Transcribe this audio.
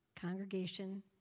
congregation